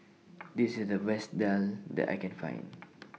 This IS The Best Daal that I Can Find